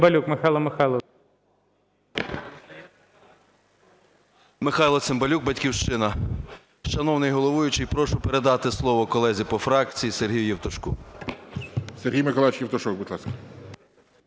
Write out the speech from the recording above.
Михайло Цимбалюк "Батьківщина". Шановний головуючий, прошу передати слово колезі по фракції Сергію Євтушку.